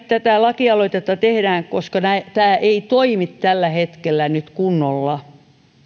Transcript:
tätä lakialoitetta tehdään nyt sen takia että tämä ei toimi tällä hetkellä kunnolla